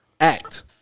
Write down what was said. act